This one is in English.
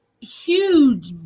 huge